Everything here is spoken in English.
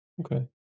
okay